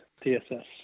tss